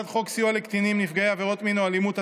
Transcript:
1. חוק סיוע לקטינים נפגעי עבירות מין או אלימות,